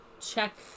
check